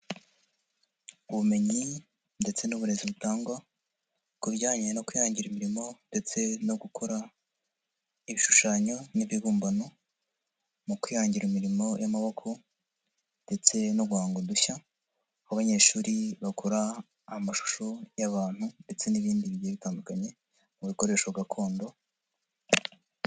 Ubumenyi ndetse n'uburezi butangwa, ku bijyanye no kwihangira imirimo ndetse no gukora ibishushanyo n'ibibumbano,, mu kwihangira imirimo y'amaboko ndetse no guhanga udushya abo banyeshuri bakora amashusho y'abantu ndetse n'ibindi bigeye bitandukanye mu bikoresho gakondo.